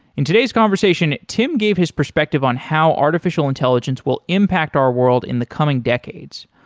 in today's conversation, tim gave his perspective on how artificial intelligence will impact our world in the coming decades.